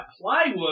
plywood